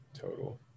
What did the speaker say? total